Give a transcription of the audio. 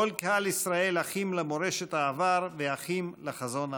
כל קהל ישראל אחים למורשת העבר ואחים לחזון העתיד.